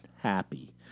happy